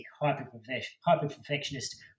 hyper-perfectionist